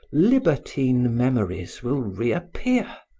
libertine memories will reappear,